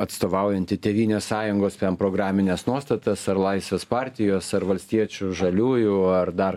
atstovaujanti tėvynės sąjungos programines nuostatas ar laisvės partijos ar valstiečių žaliųjų ar dar